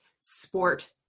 sport